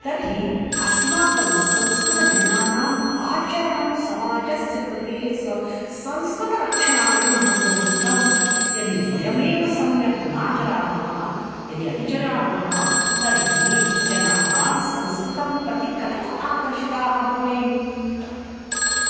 तर्हि अस्माकं संस्कृतजनानाम् आचरणं समाजस्य कृते सं संस्कृतरक्षणाय महत्त्वभूतं यदि वयमेव सम्यक् नाचरामः यदि अतिचरामः तर्हि जनाः संस्कृतं प्रति कथम् आकर्षिताः भवेयुः